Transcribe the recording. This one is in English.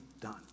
done